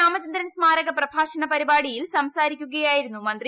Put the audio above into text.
രാമചന്ദ്രൻ സ്മാരക പ്രഭാഷണ പരിപാടിയിൽ സംസാരിക്കുകയായിരുന്നു മന്ത്രി